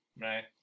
Right